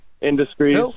Industries